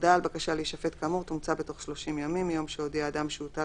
הודעה על בקשה להישפט כאמור תומצא בתוך 30 ימים מיום שהודיע אדם שהוטל